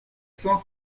cent